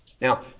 now